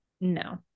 No